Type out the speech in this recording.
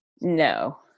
No